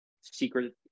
secret